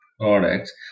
products